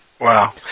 Wow